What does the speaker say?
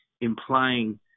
implying